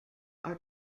are